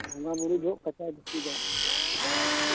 ᱵᱚᱸᱜᱟ ᱵᱩᱨᱩ ᱫᱚ ᱠᱟᱪᱟ ᱫᱷᱩᱛᱤ ᱫᱚ ᱦᱳᱭ